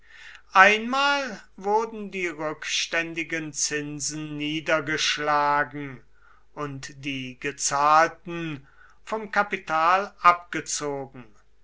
einmal wurden die rückständigen zinsen niedergeschlagen und die gezahlten vom kapital abgezogen